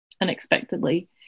unexpectedly